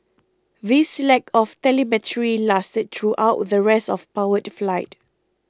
this lack of telemetry lasted throughout the rest of powered flight